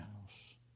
house